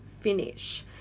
finish